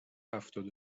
هفتاد